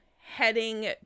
heading